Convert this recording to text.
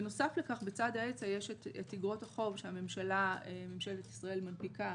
בנוסף לכך בצד ההיצע יש אגרות החוב שממשלת ישראל מנפיקה